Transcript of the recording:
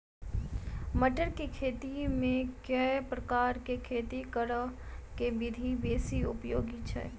मटर केँ खेती मे केँ प्रकार केँ खेती करऽ केँ विधि बेसी उपयोगी छै?